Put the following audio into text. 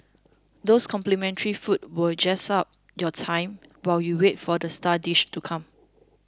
those complimentary foods will jazz up your time while you wait for the star dishes to come